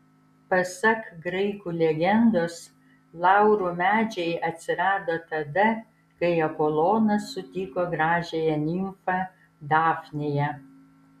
pasak graikų legendos laurų medžiai atsirado tada kai apolonas sutiko gražiąją nimfą dafniją